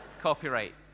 Copyright